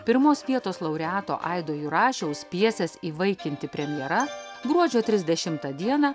pirmos vietos laureato aido jurašiaus pjesės įvaikinti premjera gruodžio trisdešimtą dieną